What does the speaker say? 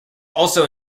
also